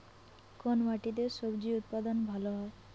কোন মাটিতে স্বজি উৎপাদন ভালো হয়?